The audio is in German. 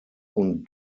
und